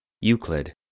Euclid